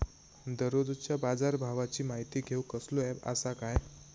दररोजच्या बाजारभावाची माहिती घेऊक कसलो अँप आसा काय?